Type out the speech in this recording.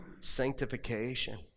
sanctification